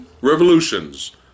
Revolutions